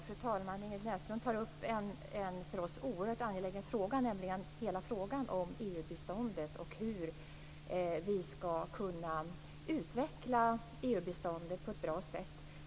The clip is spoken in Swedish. Fru talman! Ingrid Näslund tar upp en för oss oerhört angelägen fråga, nämligen den om EU-biståndet och hur vi ska kunna utveckla det på ett bra sätt.